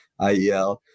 IEL